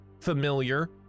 familiar